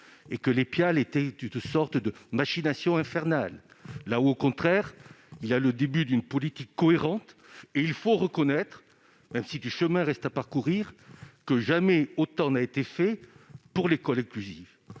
et que les PIAL étaient une sorte de machination infernale, là où il y a au contraire le début d'une politique cohérente. Il faut reconnaître, même s'il reste du chemin à parcourir, que jamais autant n'a été fait pour l'école inclusive.